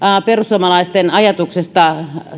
perussuomalaisten ajatuksesta